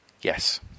Yes